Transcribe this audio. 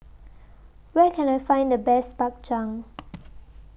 Where Can I Find The Best Bak Chang